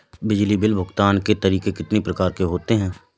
बिजली बिल भुगतान के तरीके कितनी प्रकार के होते हैं?